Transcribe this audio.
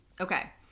Okay